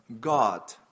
God